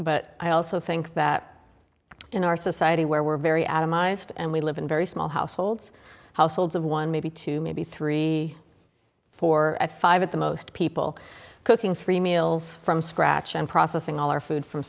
but i also think that in our society where we're very atomized and we live in very small households households of one maybe two maybe three four and five at the most people cooking three meals from scratch and processing all our food from